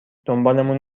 دنبالمون